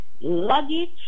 luggage